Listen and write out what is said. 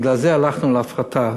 ובגלל זה הלכנו להפרטה.